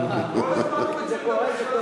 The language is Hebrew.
כל הזמן הוא מציל את הממשלה.